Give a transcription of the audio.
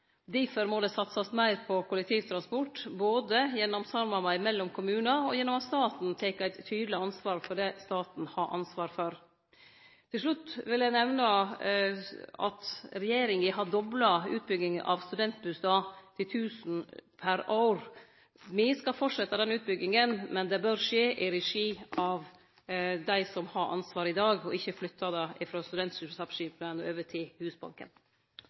Derfor må det satsast meir på kollektivtransport både gjennom samarbeid mellom kommunar og gjennom at staten tek eit tydeleg ansvar for det staten har ansvar for. Til slutt vil eg nemne at regjeringa har dobla utbygginga av studentbustader til 1 000 per år. Me skal fortsetje denne utbygginga, men det bør skje i regi av dei som har ansvaret i dag, og ikkje flyttast frå Studentsamskipnaden over til Husbanken.